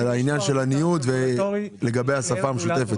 לגבי העניין של הניוד והשפה המשותפת.